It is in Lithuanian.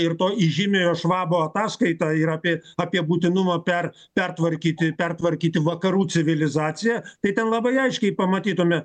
ir to įžymiojo švabo ataskaitą ir apie apie būtinumą per pertvarkyti pertvarkyti vakarų civilizaciją tai ten labai aiškiai pamatytume